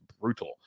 brutal